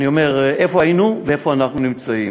אני אומר, איפה היינו ואיפה אנחנו נמצאים.